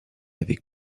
avec